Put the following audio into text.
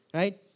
right